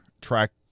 track